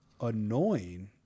annoying